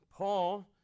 Paul